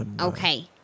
Okay